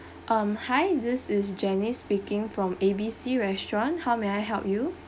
um hi this is janice speaking from A B C restaurant how may I help you